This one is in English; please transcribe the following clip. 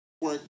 work